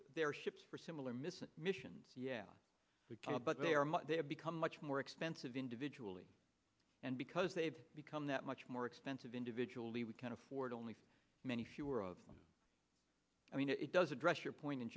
their ships for similar missile missions yeah but they are much they have become much more expensive individually and because they've become that much more expensive individually we can afford only so many fewer of them i mean it does address your point in